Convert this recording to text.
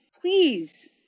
please